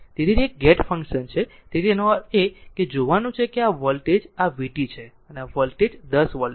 તેથી તે એક ગેટ ફંક્શન છે તેથી આનો અર્થ એ કે જોવાનું છે કે આ વોલ્ટેજ આ v t છે અને આ વોલ્ટેજ 10 વોલ્ટ છે